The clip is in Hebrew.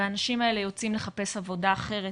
והאנשים האלה יוצאים לחפש עבודה אחרת.